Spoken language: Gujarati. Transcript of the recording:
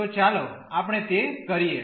તો ચાલો આપણે તે કરીએ